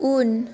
उन